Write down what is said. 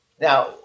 Now